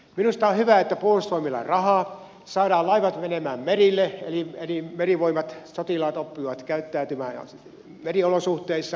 minusta on hyvä että puolustusvoimilla on rahaa saadaan laivat menemään merille eli merivoimat sotilaat oppivat käyttäytymään meriolosuhteissa